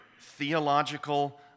theological